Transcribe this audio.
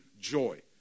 joy